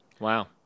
Wow